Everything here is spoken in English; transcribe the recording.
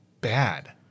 bad